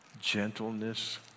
gentleness